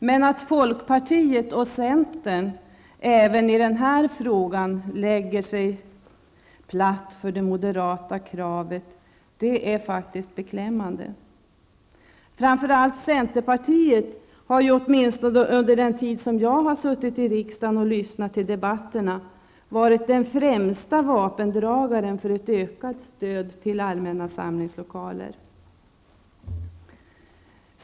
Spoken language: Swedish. Men att folkpartiet och centerpartiet även i den här frågan lägger sig platt för det moderata kravet är faktiskt beklämmande. Framför allt centerpartiet har åtminstone under den tid som jag har suttit i riksdagen och haft tillfälle att lyssna till debatterna varit den främsta vapendragaren för ett ökat stöd till allmänna samlingslokaler.